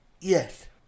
Yes